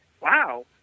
wow